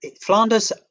Flanders